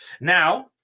Now